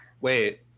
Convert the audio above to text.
Wait